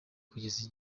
kugeza